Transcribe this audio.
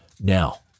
Now